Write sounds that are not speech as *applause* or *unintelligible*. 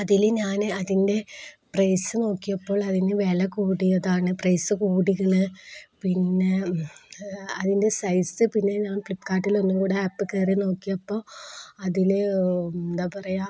അതില് ഞാന് അതിൻ്റെ പ്രൈസ് നോക്കിയപ്പോൾ അതിനു വില കൂടിയതാണ് പ്രൈസ് *unintelligible* പിന്നെ അതിൻ്റെ സൈസ് പിന്നെ ഞാൻ ഫ്ലിപ്പ്കാർട്ടിലൊന്നും കൂടെ ആപ്പില് കയറി നോക്കിയപ്പോള് അതില് എന്താണു പറയുക